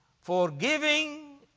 forgiving